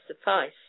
suffice